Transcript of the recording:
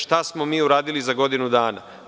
Šta smo mi uradili za godinu dana?